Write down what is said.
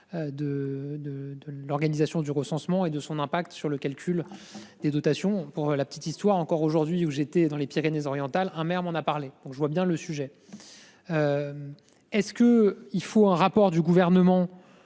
de l'organisation du recensement et de son impact sur le calcul. Des dotations pour la petite histoire encore aujourd'hui où j'étais dans les Pyrénées-Orientales. Un maire m'en a parlé donc je vois bien le sujet. Est-ce que il faut un rapport du gouvernement.